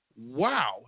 wow